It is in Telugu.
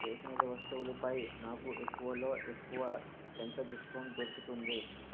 స్టేషనరీ వస్తువులు పై నాకు ఎక్కువలో ఎక్కువ ఎంత డిస్కౌంట్ దొరుకుతుంది